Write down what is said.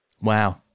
Wow